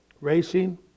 racing